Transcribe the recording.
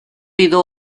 pido